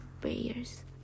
prayers